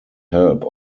help